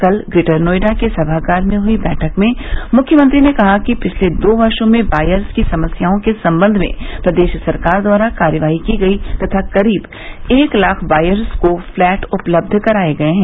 कल ग्रेटर नोएडा के सभागार में हई बैठक में मुख्यमंत्री ने कहा कि पिछले दो वर्षो में बायर्स की समस्याओं के सम्बंध में प्रदेश सरकार द्वारा कारवाई की गयी है तथा करीब एक लाख बायर्स को पलैट उपलब्ध कराए गये हैं